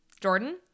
jordan